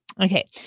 Okay